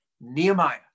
Nehemiah